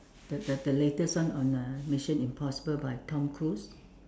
the the the latest one on uh Mission Impossible by Tom Cruise